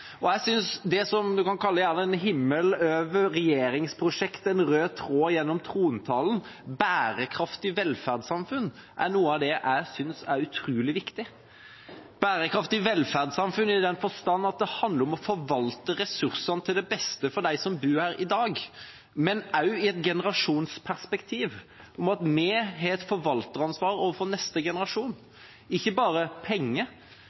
det jeg synes er utrolig viktig – bærekraftig velferdssamfunn i den forstand at det handler om å forvalte ressursene til det beste for dem som bor her i dag, men også i et generasjonsperspektiv, at vi har et forvalteransvar overfor neste generasjon, ikke bare når det gjelder penger,